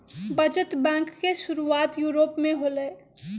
बचत बैंक के शुरुआत यूरोप में होलय